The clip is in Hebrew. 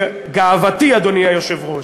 וגאוותי, אדוני היושב-ראש,